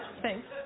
Thanks